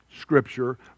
Scripture